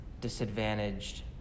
disadvantaged